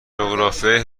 جغرافیای